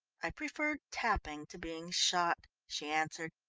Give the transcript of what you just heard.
i preferred tapping to being shot, she answered.